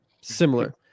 similar